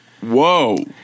Whoa